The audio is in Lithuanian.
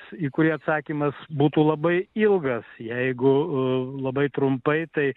į kurį atsakymas būtų labai ilgas jeigu labai trumpai tai